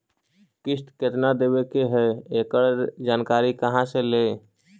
किस्त केत्ना देबे के है एकड़ जानकारी कहा से ली?